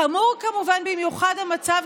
חמור במיוחד המצב,